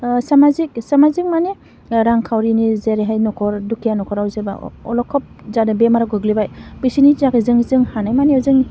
ओह समाजिक समाजिक मानि रांखाउरिनि जेरैहाय न'खर दुखिया न'खराव सोरबा अलखद जादों बेमाराव गोग्लैबाय बिसिनि थाखै जोंहानो मानि जों